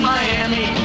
Miami